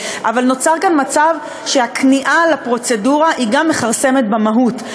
אבל נוצר כאן מצב שהכניעה לפרוצדורה גם מכרסמת במהות.